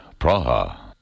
Praha